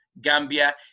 Gambia